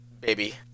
baby